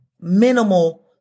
minimal